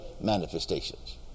manifestations